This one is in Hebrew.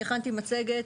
הכנתי מצגת